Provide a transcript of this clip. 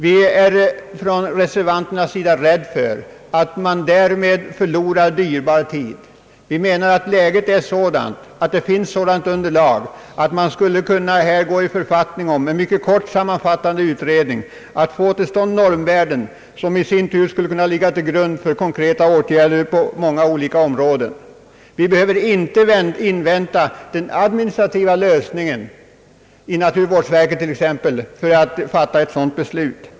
Vi reservanter är rädda för att man därmed förlorar dyrbar tid. Vi anser att läget är sådant och att det finns ett sådant underlag att man skulle kunna gå i författning om en mycket kort sammanfattande utredning för att få till stånd normvärden, vilka i sin tur skulle kunna ligga till grund för konkreta åtgärder på många olika områden. Vi behöver t.ex. inte invänta den administrativa lösningen i naturvårdsverket för att fatta ett sådant beslut.